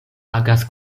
agas